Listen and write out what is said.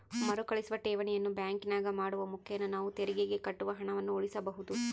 ಮರುಕಳಿಸುವ ಠೇವಣಿಯನ್ನು ಬ್ಯಾಂಕಿನಾಗ ಮಾಡುವ ಮುಖೇನ ನಾವು ತೆರಿಗೆಗೆ ಕಟ್ಟುವ ಹಣವನ್ನು ಉಳಿಸಬಹುದು